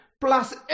plus